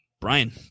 Brian